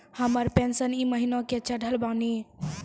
हमर पेंशन ई महीने के चढ़लऽ बानी?